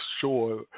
sure